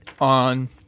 on